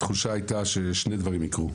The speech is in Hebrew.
התחושה הייתה ששני דברים יקרו: